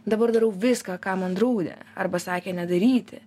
dabar darau viską ką man draudė arba sakė nedaryti